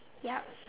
yup